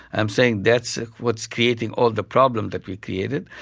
i'm saying that's what's creating all the problems that we created.